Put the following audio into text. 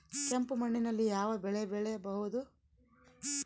ಕೆಂಪು ಮಣ್ಣಿನಲ್ಲಿ ಯಾವ ಬೆಳೆ ಬೆಳೆಯಬಹುದು?